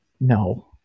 No